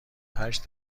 هشت